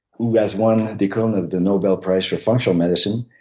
who has won the equivalent of the nobel prize for functional medicine,